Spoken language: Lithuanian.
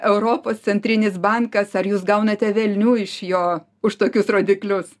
europos centrinis bankas ar jūs gaunate velnių iš jo už tokius rodiklius